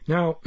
Now